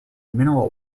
mineral